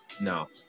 No